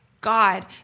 God